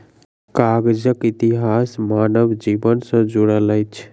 कागजक इतिहास मानव जीवन सॅ जुड़ल अछि